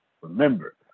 Remember